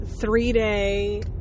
three-day